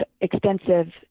extensive